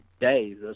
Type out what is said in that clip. days